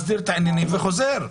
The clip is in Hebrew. מסדיר את העניינים וחוזר.